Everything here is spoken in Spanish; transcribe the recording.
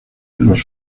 los